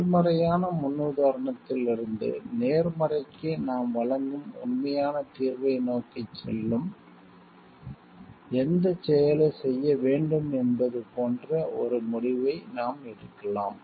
எதிர்மறையான முன்னுதாரணத்திலிருந்து நேர்மறைக்கு நாம் வழங்கும் உண்மையான தீர்வை நோக்கிச் செல்லும் எந்தச் செயலைச் செய்ய வேண்டும் என்பது போன்ற ஒரு முடிவை நாம் எடுக்கலாம்